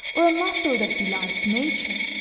or a muscle that belies nature,